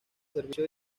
servicio